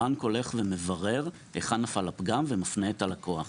הבנק הולך ומברר היכן נפל הפגם ומפנה את הלקוח.